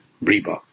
Reba